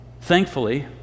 Thankfully